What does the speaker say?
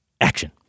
action